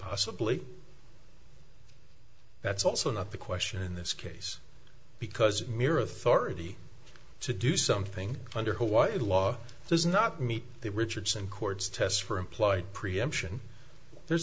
possibly that's also not the question in this case because mere authority to do something under hawaii law does not meet the richardson court's test for implied preemption there's